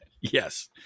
Yes